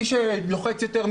מי שלוחץ יותר,